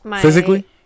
Physically